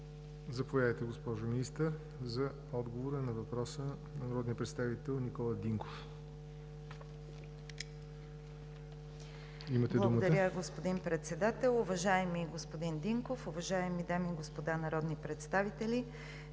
Заповядайте, госпожо Министър, за отговор на въпроса на народния представител Никола Динков. МИНИСТЪР ПЕТЯ АВРАМОВА: Благодаря, господин Председател. Уважаеми господин Динков, уважаеми дами и господа народни представители!